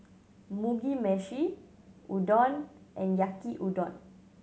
Mugi Meshi Udon and Yaki Udon